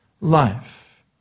life